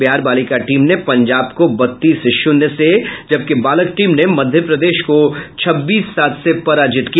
बिहार बालिका टीम ने पंजाब को बत्तीस शून्य से जबकि बालक टीम ने मध्य प्रदेश को छब्बीस सात से पराजित किया